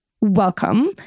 welcome